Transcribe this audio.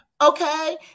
okay